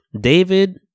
David